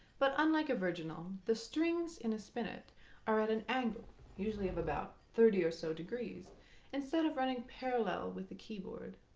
but unlike a virginal, the strings in a spinet are at an angle usually of about thirty or so degrees instead of running parallel with the keyboard.